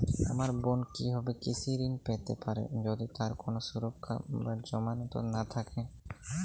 আমার বোন কীভাবে কৃষি ঋণ পেতে পারে যদি তার কোনো সুরক্ষা বা জামানত না থাকে?